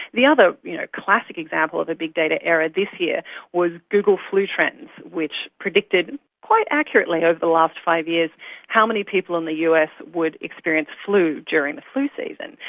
the other you know classic example of the big data era this year was google flu trends which predicted quite accurately over the last five years how many people in the us would experience flu during the flu season.